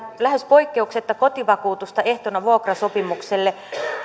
lähes poikkeuksetta kotivakuutusta ehtona vuokrasopimukselle